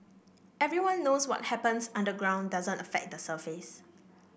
everyone knows what happens underground doesn't affect the surface